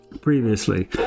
previously